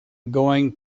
going